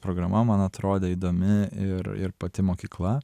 programa man atrodė įdomi ir ir pati mokykla